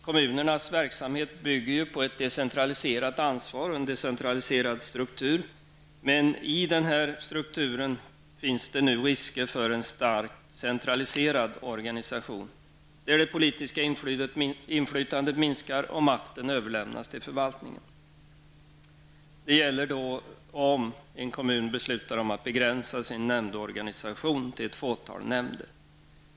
Kommunernas verksamhet bygger på ett decentraliserat ansvar och en decentraliserad struktur. Men i denna struktur finns det risker med en starkt centraliserad organisation. Det politiska inflytandet minskar och makten överlämnas till förvaltningen. Det gäller om en kommun beslutar sig för att begränsa sin nämndorganisation till ett fåtal nämnder.